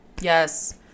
Yes